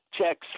checks